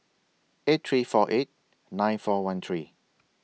eight three four eight nine four one three